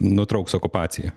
nutrauks okupaciją